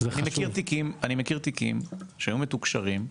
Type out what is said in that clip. אני מכיר תיקים שהיו מתוקשרים,